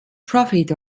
profit